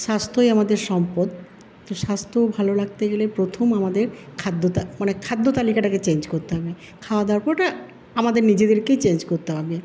স্বাস্থ্যই আমাদের সম্পদ তো স্বাস্থ্য ভালো রাখতে গেলে প্রথম আমাদের খাদ্যতা মানে খাদ্যতালিকাটাকে চেঞ্জ করতে হবে খাওয়া দাওয়ার ওটা আমাদের নিজেদেরকেই চেঞ্জ করতে হবে